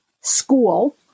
school